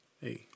Hey